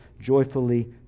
joyfully